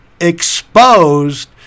exposed